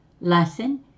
Lesson